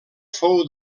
fou